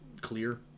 clear